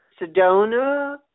Sedona